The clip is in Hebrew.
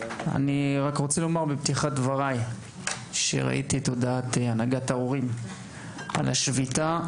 אני רוצה לומר בפתיחת דבריי שראיתי את הודעת הנהגת ההורים על השביתה.